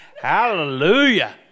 hallelujah